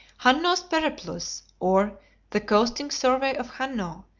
hanno's periplus or the coasting survey of hanno,